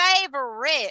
favorite